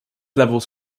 levels